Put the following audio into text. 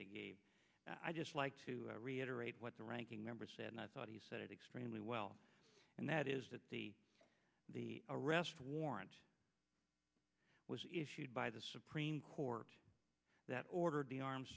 they gave i just like to reiterate what the ranking member said and i thought he said it extremely well and that is that the the arrest warrant was issued by the supreme court that ordered the armed